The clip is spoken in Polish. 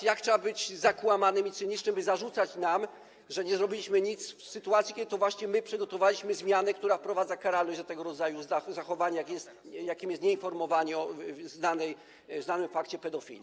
Jak trzeba być zakłamanym i cynicznym, by zarzucać nam, że nie zrobiliśmy nic, w sytuacji kiedy to właśnie my przygotowaliśmy zmianę, która wprowadza karalność tego rodzaju zachowania, jakim jest nieinformowanie o znanym fakcie pedofilii.